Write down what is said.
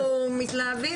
אנחנו מתלהבים.